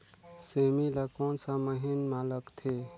सेमी ला कोन सा महीन मां लगथे?